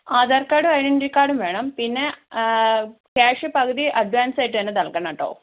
ആധാർ കാർഡും ഐഡൻ്റിറ്റി കാർഡും വേണം പിന്നെ ക്യാഷ് പകുതി അഡ്വാൻസ് ആയിട്ടുതന്നെ നൽകണം കേട്ടോ